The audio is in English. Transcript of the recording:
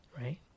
right